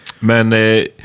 men